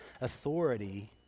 authority